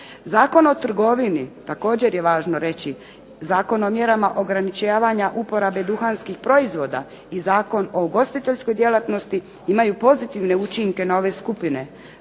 Zakon o trgovini, također je važno reći, Zakon o mjerama ograničavanja uporabe duhanskih proizvoda i Zakon o ugostiteljskoj djelatnosti imaju pozitivne učinke na ove skupine.